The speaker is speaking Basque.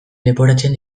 leporatzen